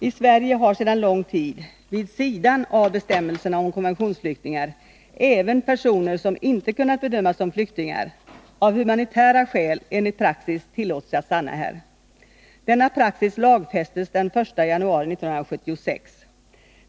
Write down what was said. I Sverige har sedan lång tid, vid sidan av bestämmelserna om konventionsflyktingar, även personer som inte kunnat bedömas som flyktingar av humanitära skäl enligt praxis tillåtits att stanna här. Denna praxis lagfästes den 1 januari 1976.